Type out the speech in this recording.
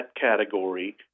category